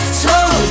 slow